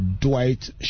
Dwight